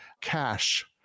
cash